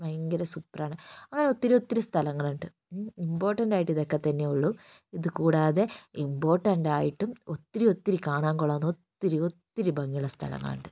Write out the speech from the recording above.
ഭയങ്കര സൂപ്പർ ആണ് അങ്ങനെ ഒത്തിരിയൊത്തിരി സ്ഥലങ്ങളുണ്ട് ഇമ്പോർട്ടന്റ് ആയിട്ട് ഇതൊക്കെത്തന്നെയേയുള്ളു ഇതുകൂടാതെ ഇമ്പോർട്ടന്റായിട്ടും ഒത്തിരി ഒത്തിരി കാണാൻ കൊള്ളാവുന്ന ഒത്തിരിയൊത്തിരി ഭംഗിയുള്ള സ്ഥലങ്ങളുണ്ട്